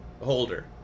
holder